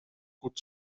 gut